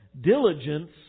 diligence